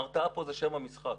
ההרתעה פה זה שם המשחק.